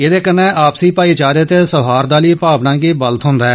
ऐदे कन्नै आपसी भाईचारे ते सोहार्द आहली भावना गी बल थ्होन्दा ऐ